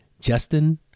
Justin